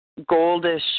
goldish